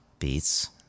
beats